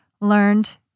learned